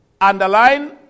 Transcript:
underline